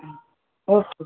ம் ஓகே